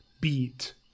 beat